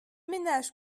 ménages